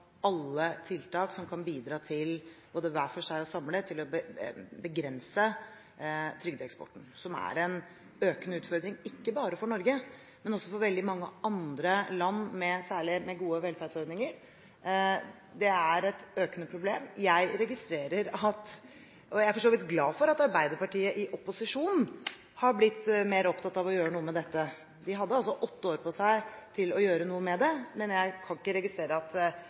alle tiltak som kan bidra til – både hver for seg og samlet – å begrense trygdeeksporten, som er en økende utfordring, ikke bare for Norge, men også for veldig mange andre land med gode velferdsordninger. Det er et økende problem. Jeg registrerer – og er for så vidt glad for – at Arbeiderpartiet i opposisjon har blitt mer opptatt av å gjøre noe med dette. De hadde altså åtte år på seg til å gjøre noe med det, men jeg kan ikke registrere at